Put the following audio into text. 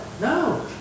No